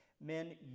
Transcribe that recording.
men